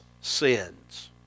sins